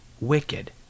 wicked